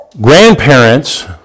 grandparents